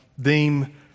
deem